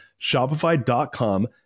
Shopify.com